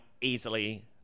easily